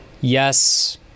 Yes